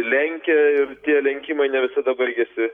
lenkia ir tie lenkimai ne visada baigiasi